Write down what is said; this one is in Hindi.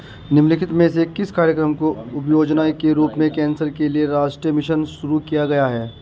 निम्नलिखित में से किस कार्यक्रम को उपयोजना के रूप में कैंसर के लिए राष्ट्रीय मिशन शुरू किया गया है?